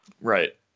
Right